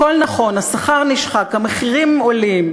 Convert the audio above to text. הכול נכון, השכר נשחק, המחירים עולים,